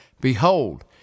Behold